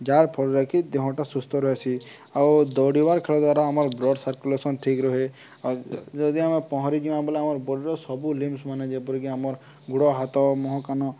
ଯାହାଫଳରେକିି ଦେହଁଟା ସୁସ୍ଥ ରହିସି ଆଉ ଦୌଡ଼ିବାର ଖେଳ ଦ୍ୱାରା ଆମର ବ୍ଲଡ଼ ସର୍କୁଲେସନ ଠିକ୍ ରୁହେ ଆଉ ଯଦି ଆମେ ପହଁରିିକିମା ବୋଲେ ଆମର୍ ବଡ଼ିର ସବୁ ଲିମ୍ବ୍ସ ମାନେ ଯେପରିକି ଆମର ଗୋଡ଼ ହାତ ମୁହଁ କାନ